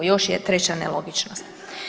Još je treća nelogičnost.